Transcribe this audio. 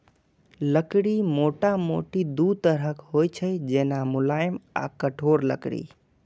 लकड़ी मोटामोटी दू तरहक होइ छै, जेना, मुलायम आ कठोर लकड़ी